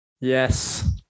Yes